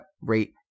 rate